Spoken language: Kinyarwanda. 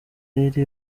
lady